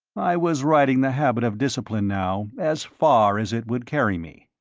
i was riding the habit of discipline now, as far as it would carry me.